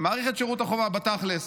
מאריך את שירות החובה, בתכלס.